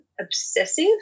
obsessive